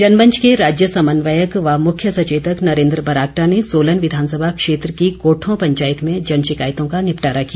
जनमंच के राज्य समन्वयक व मुख्य सचेतक नरेन्द्र बरागटा ने सोलन विधानसभा क्षेत्र की कोठों पंचायत में जन शिकायतों का निपटारा किया